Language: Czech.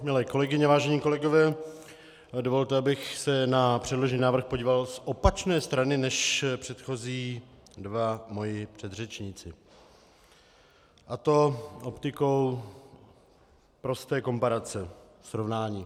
Milé kolegyně, vážení kolegové, dovolte, abych se na předložený návrh podíval z opačné strany než dva moji předchozí předřečníci, a to optikou prosté komparace srovnání.